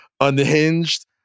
unhinged